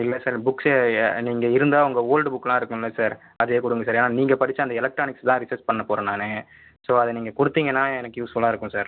இல்லை சார் புக்ஸே ய நீங்கள் இருந்தால் உங்கள் ஓல்டு புக்லாம் இருக்கும்ல சார் அதே கொடுங்க சார் ஏன்னா நீங்கள் படித்த அந்த எலக்ட்ரானிக்ஸ் தான் ரிசர்ச் பண்ண போகிறேன் நான் ஸோ அதை நீங்கள் கொடுத்தீங்கனா எனக்கு யூஸ்ஃபுல்லாக இருக்கும் சார்